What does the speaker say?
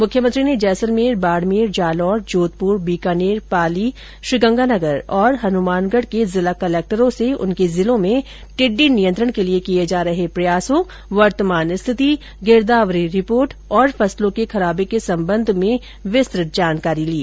मुख्यमंत्री ने जैसलमेर बाड़मेर जालोर जोषपुर बीकानेर पाली श्रीगंगानगर और हनुमानगढ़ जिला कलक्टरों से उनके जिलों में टिड्डी नियंत्रण के लिए किए जा रहे प्रयासों वर्तमान स्थिति गिरदावरी रिपोर्ट और फसलों के खराबे के सम्बन्ध में विस्तृत जानकारी भी ली